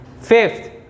Fifth